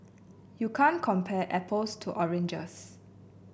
you can't compare apples to oranges